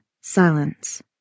silence